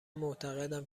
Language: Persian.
معتقدم